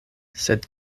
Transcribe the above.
sed